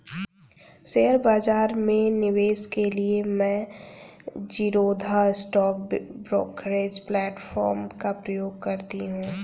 share बाजार में निवेश के लिए मैं ज़ीरोधा स्टॉक ब्रोकरेज प्लेटफार्म का प्रयोग करती हूँ